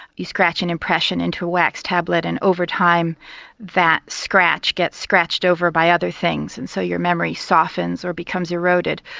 you scratch an impression into a wax tablet and over time that scratch gets scratched over by other things and so your memory softens or becomes eroded.